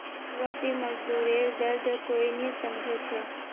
प्रवासी मजदूरेर दर्द कोई नी समझे छे